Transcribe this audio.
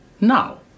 Now